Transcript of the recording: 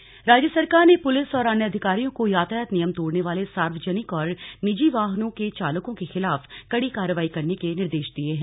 कार्रवाई राज्य सरकार ने पुलिस और अन्य अधिकारियों को यातायात नियम तोड़ने वाले सार्वजनिक और निजी वाहनों के चालकों के खिलाफ कड़ी कार्रवाई करने के निर्देश दिए हैं